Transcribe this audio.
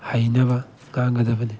ꯍꯩꯅꯕ ꯉꯥꯡꯒꯗꯕꯅꯤ